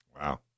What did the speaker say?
Wow